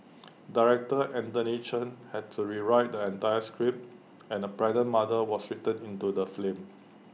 Director Anthony Chen had to rewrite the entire script and A pregnant mother was written into the film